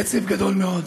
עצב גדול מאוד,